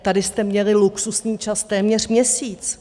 Tady jste měli luxusní čas téměř měsíc.